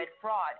fraud